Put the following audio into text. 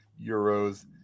euros